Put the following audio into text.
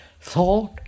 thought